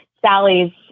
Sally's